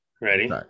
Ready